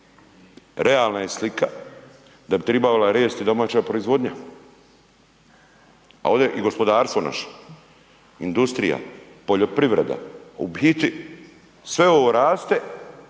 Realna je slika da bi tribala resti domaća proizvodnja, a ode i gospodarstvo naše, industrija, poljoprivreda, u biti sve ovo raste,